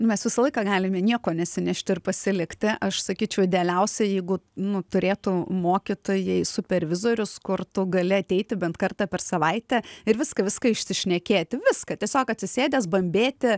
mes visą laiką galime nieko nesinešti ir pasilikti aš sakyčiau idealiausia jeigu nu turėtų mokytojai supervizorius kur tu gali ateiti bent kartą per savaitę ir viską viską išsišnekėti viską tiesiog atsisėdęs bambėti